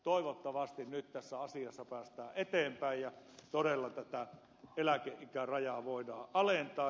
toivottavasti nyt tässä asiassa päästään eteenpäin ja todella tätä eläkeikärajaa voidaan alentaa